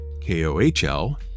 K-O-H-L